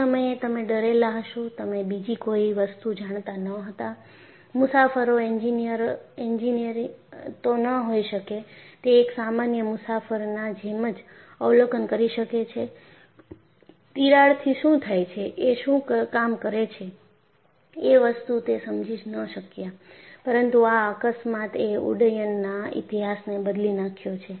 એ સમયે તમે ડરેલા હશો તમે બીજી કોઈ વસ્તુ જાણતા ન હતા મુસાફરો એન્જિનિયર તો ન હોઈ શકે તે એક સામાન્ય મુસાફરના જેમ જ અવલોકન કરી શકે છે તિરાડથી શું થાય છે એ શું કામ કરે છે એ વસ્તુ તે સમજી ન શક્યા પરંતુ આ અકસ્માત એ ઉડ્ડયનના ઇતિહાસને બદલી નાખ્યો છે